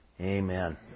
Amen